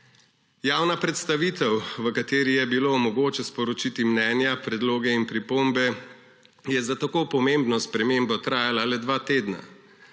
Javna predstavitev, v kateri je bilo mogoče sporočiti mnenja, predloge in pripombe, je za tako pomembno spremembo trajala le dva tedna.